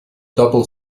double